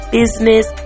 business